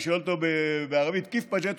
ואני שואל אותי בערבית: כיף באז'יתו?